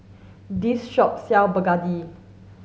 this shop sell Begedil